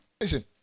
Listen